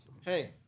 Hey